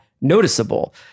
noticeable